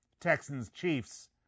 Texans-Chiefs